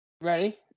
Ready